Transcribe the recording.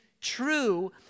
true